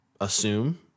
assume